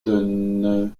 deneulin